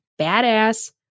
badass